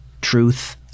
truth